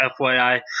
FYI